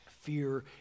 fear